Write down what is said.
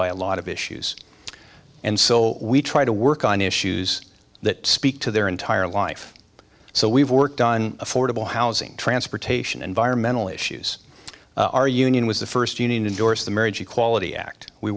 by a lot of issues and so we try to work on issues that speak to their entire life so we've worked on affordable housing transportation environmental issues our union was the first union indorse the marriage equality act we